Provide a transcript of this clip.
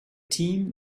team